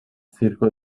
circo